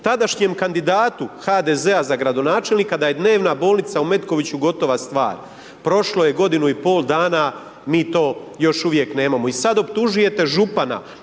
tadašnjem kandidatu HDZ-a za gradonačelnika da je dnevna bolnica u Metkoviću gotova stvar, prošlo je godinu i pol dana mi to još uvijek nemamo. I sad optužujete župana